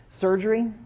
Surgery